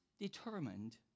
determined